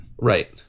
Right